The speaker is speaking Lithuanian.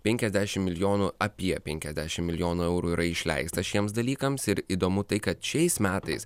penkiasdešimt milijonų apie penkiasdešimt milijonų eurų yra išleista šiems dalykams ir įdomu tai kad šiais metais